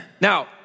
Now